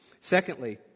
Secondly